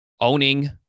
Owning